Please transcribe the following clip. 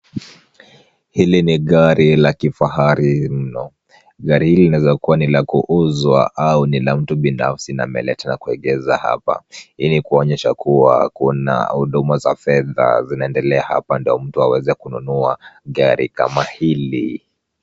Hili ni gari la kifahari mno, gari hili linaweza kuwa la kuuzwa au ni la mtu binafsi na ameleta na kuegeza hapa ili kuonyesha kuwa kuna huduma za fedha zinaendelea hapa ndio mtu aweze kununua gari kama hili.